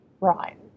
Right